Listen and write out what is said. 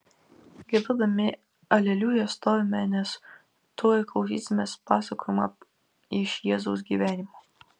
giedodami aleliuja stovime nes tuoj klausysimės pasakojimo iš jėzaus gyvenimo